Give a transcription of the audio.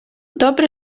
добре